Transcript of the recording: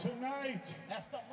Tonight